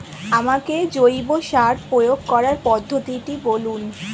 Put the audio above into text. আমাকে জৈব সার প্রয়োগ করার পদ্ধতিটি বলুন?